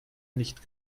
nicht